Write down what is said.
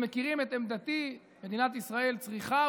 אתם מכירים את עמדתי: מדינת ישראל צריכה,